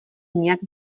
nijak